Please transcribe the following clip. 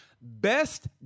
Best